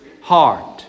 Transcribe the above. heart